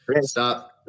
Stop